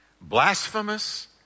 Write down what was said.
blasphemous